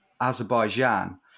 Azerbaijan